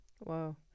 wow